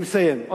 אני מסיים.